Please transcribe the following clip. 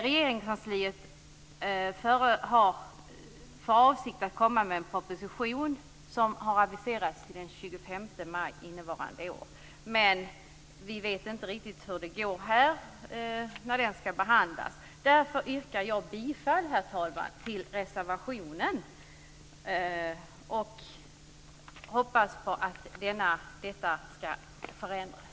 Regeringskansliet har för avsikt att komma med en proposition som har aviserats till den 25 maj innevarande år. Men vi vet inte riktigt hur det kommer att gå och när den skall behandlas. Herr talman! Jag yrkar därför bifall till reservationen och hoppas att detta skall förändras.